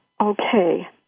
Okay